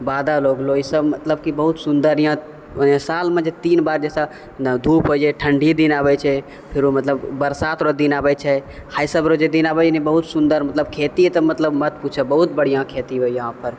बादल हो गेलौ इसब मतलब की बहुत सुन्दर यहाँ माने सालमे तीन बार जैसा धूप होइ छै ठण्डी दिन आबै छै फेरो मतलब बरसात रऽ दिन आबै छै है सबरो जे दिन आबैए ने बहुत सुन्दर मतलब खेती तऽ मतलब बहुत सुन्दर मत पूछऽ बहुत बढ़िआँ खेती होइए यहाँपर